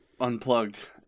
unplugged